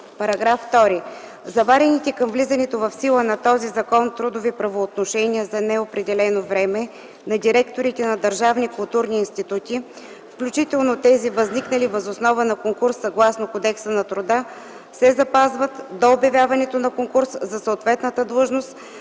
§ 2: „§ 2. Заварените към влизането в сила на този закон трудови правоотношения за неопределено време на директорите на държавни и културни институти, включително тези, възникнали въз основа на конкурс съгласно Кодекса на труда, се запазват до обявяването на конкурс за съответната длъжност